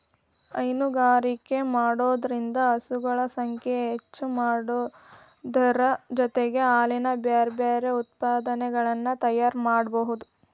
ಹೈನುಗಾರಿಕೆ ಮಾಡೋದ್ರಿಂದ ಹಸುಗಳ ಸಂಖ್ಯೆ ಹೆಚ್ಚಾಮಾಡೋದರ ಜೊತೆಗೆ ಹಾಲಿನ ಬ್ಯಾರಬ್ಯಾರೇ ಉತ್ಪನಗಳನ್ನ ತಯಾರ್ ಮಾಡ್ಬಹುದು